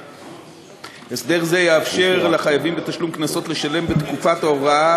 הסדר זה יאפשר לחייבים בתשלום קנסות לשלם בתקופת הוראת